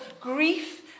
grief